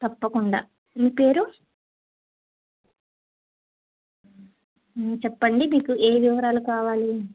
తప్పకుండా మీ పేరు చెప్పండి మీకు ఏ వివరాలు కావాలి